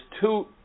two